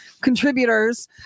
contributors